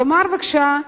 תאמר בבקשה,